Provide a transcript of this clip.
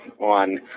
on